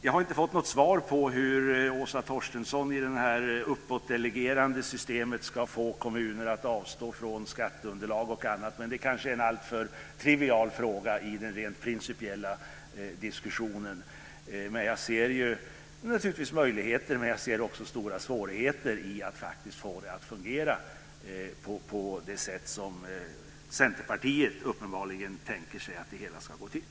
Jag har inte fått något svar på hur Åsa Torstensson ska få kommuner att avstå från skatteunderlag och annat i det här uppåtdelegerande systemet, men det är kanske en alltför trivial fråga i den rent principiella diskussionen. Jag ser naturligtvis möjligheter, men jag ser också stora svårigheter i att faktiskt få det att fungera på det sätt som Centerpartiet uppenbarligen tänker sig att det hela ska gå till.